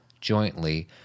jointly